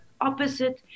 opposite